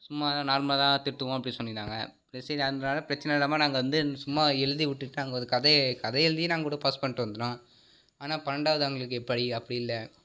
சும்மா தான் நார்மலாகதான் திருத்துவோம் அப்படி சொன்னிருந்தாங்க சரி சரி அதனால பிரச்சினை இல்லாமல் நாங்கள் வந்து இந் சும்மா எழுதி விட்டுட்டு நாங்கள் ஒரு கதையே கதை எழுதி நாங்கள்கூட பாஸ் பண்ணிட்டு வந்துட்டோம் ஆனால் பன்னெரெண்டாவது அவங்களுக்கு எப்படி அப்படி இல்லை